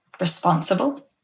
responsible